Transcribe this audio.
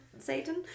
Satan